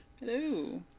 Hello